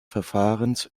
verfahrens